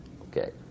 Okay